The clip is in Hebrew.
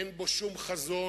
אין בו שום חזון,